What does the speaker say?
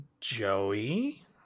Joey